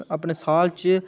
अपने साल च